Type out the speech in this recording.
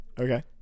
Okay